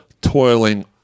toiling